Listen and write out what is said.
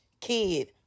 kid